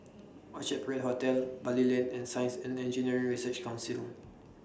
Orchard Parade Hotel Bali Lane and Science and Engineering Research Council